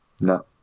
No